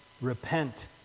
repent